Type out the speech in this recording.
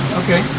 okay